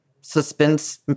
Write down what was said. suspense